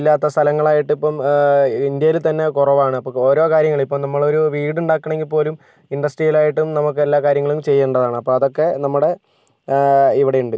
ഇല്ലാത്ത സ്ഥലങ്ങളായിട്ടിപ്പം ഇന്ത്യയിൽ തന്നെ കുറവാണ് അപ്പോൾ ഓരോ കാര്യങ്ങള് ഇപ്പം നമ്മളൊരു വീട് ഉണ്ടാക്കണമെങ്കിൽ പോലും ഇൻഡസ്ട്രിയലായിട്ടും നമുക്ക് എല്ലാ കാര്യങ്ങളും ചെയ്യണ്ടതാണ് അപ്പം അതൊക്കെ നമ്മുടെ ഇവിടെ ഉണ്ട്